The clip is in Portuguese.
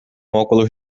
óculos